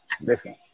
listen